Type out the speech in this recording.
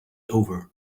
over